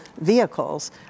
vehicles